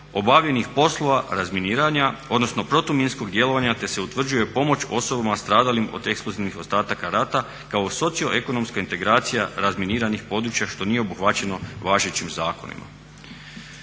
obavljenih poslovanja razminiranja odnosno protuminskog djelovanja te se utvrđuje pomoć osobama stradalih od eksplozivnih ostataka rata kao socioekonomska integracija razminiranih područja što nije obuhvaćeno važećim zakonima.